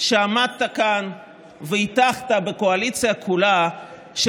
עמדת כאן והטחת בקואליציה כולה על